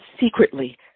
secretly